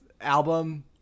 album